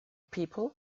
people